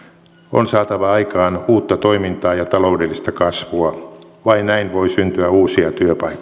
on saatava aikaan uutta toimintaa ja taloudellista kasvua vain näin voi syntyä uusia työpaikkoja